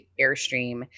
airstream